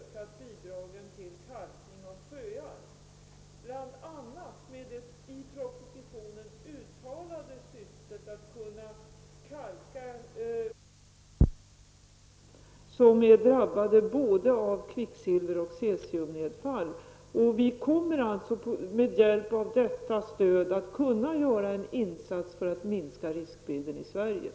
Herr talman! Jag vill bara upplysa Eva Goe s och kammaren om att vi i den miljöpolitiska propositionen bl.a. har ökat bidragen till kalkning av sjöar kraftigt. Syftet har bl.a. varit att man skall kunna kalka norrländska sjöar som har drabbats av både kvicksilver och cesiumnedfall. Med hjälp av detta stöd kommer vi att kunna göra en insats för att minska riskerna i Sverige.